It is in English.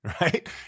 right